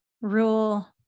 rule